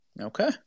Okay